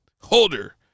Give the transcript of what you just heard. holder